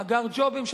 מאגר ג'ובים,